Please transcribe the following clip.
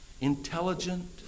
intelligent